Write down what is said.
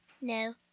no